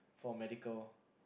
for medical